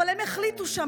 אבל הם החליטו שם,